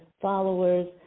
followers